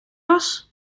was